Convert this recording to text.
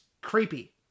creepy